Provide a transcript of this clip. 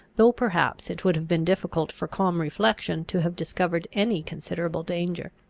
though perhaps it would have been difficult for calm reflection to have discovered any considerable danger.